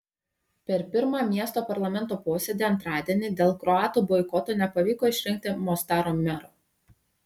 per pirmą miesto parlamento posėdį antradienį dėl kroatų boikoto nepavyko išrinkti mostaro mero